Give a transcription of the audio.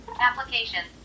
Applications